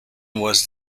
was